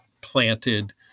planted